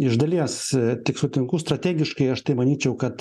iš dalies tik sutinku strategiškai aš tai manyčiau kad